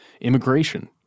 immigration